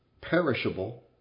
perishable